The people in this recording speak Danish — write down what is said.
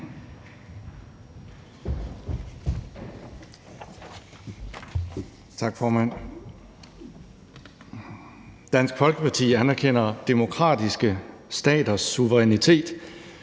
Dansk Folkeparti anerkender demokratiske staters suverænitet